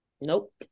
Nope